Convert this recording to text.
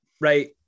Right